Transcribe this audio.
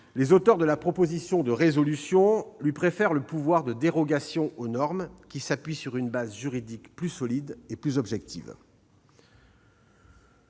les auteurs de la proposition de résolution lui préfèrent le pouvoir de dérogation aux normes, qui s'appuie sur une base juridique plus solide et plus objective.